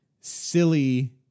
silly